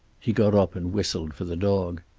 he got up and whistled for the dog.